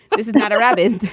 this is not a rabbit.